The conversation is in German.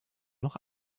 noch